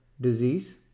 disease